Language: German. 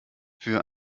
für